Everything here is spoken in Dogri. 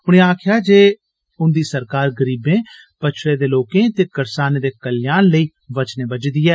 उनें आखेआ जे उंदी सरकार गरीबें पच्छड़े दे लोकें ते करसानें दे कल्याण लेई वचनें बज्झी दी ऐ